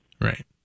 Right